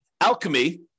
alchemy